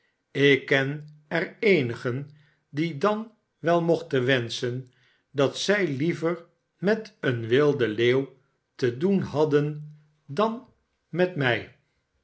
ik ken er eenigen die dan wel mochten wenschen dat zij never met een wilden leeuw te doen hadden dan met mij